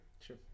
sure